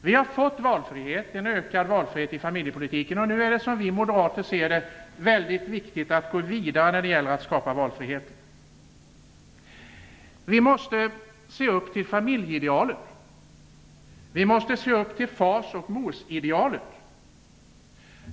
Vi har fått en ökad valfrihet i familjepolitiken, och nu är det som vi moderater ser det väldigt viktigt att gå vidare när de gäller att skapa valfrihet. Vi måste se upp till familjeidealet. Vi måste se upp till fars och morsidealet.